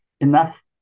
enough